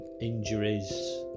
Injuries